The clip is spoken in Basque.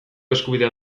eskubidea